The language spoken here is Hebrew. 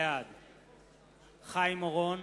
בעד חיים אורון,